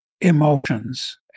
emotions